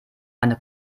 eine